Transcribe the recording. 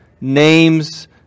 name's